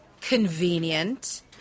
convenient